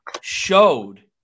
showed